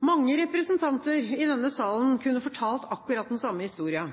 Mange representanter i denne salen kunne fortalt akkurat den samme historien.